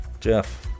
jeff